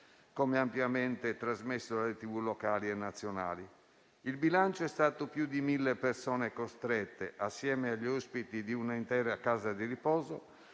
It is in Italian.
come ampiamente trasmesso dalle televisioni locali e nazionali. Il bilancio è stato di più di 1.000 persone costrette, insieme agli ospiti di un'intera casa di riposo,